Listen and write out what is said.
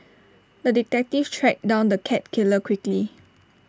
the detective tracked down the cat killer quickly